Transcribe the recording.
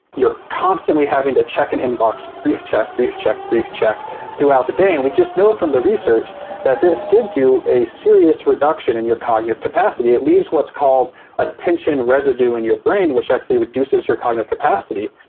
constantly having to check an inbox brief check, brief check, brief check throughout the day, and we just know from the research that this gives you a serious reduction in your cognitive capacity. it leaves what's called attention residue in your brain which actually reduces your cognitive capacity.